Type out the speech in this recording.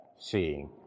seeing